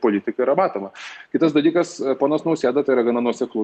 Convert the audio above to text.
politika yra matoma kitas dalykas ponas nausėda tai yra gana nuoseklu